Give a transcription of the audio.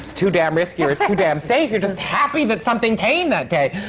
too damn risky! or too damn safe! you're just happy that something came that day!